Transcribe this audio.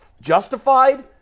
justified